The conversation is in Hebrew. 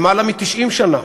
למעלה מ-90 שנה.